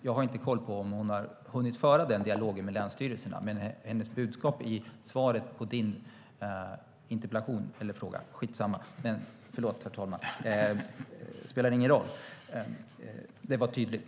Jag har inte koll på om hon har hunnit föra den dialogen med länsstyrelserna, men hennes budskap i svaret på din fråga var tydligt.